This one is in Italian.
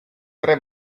tre